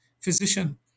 physician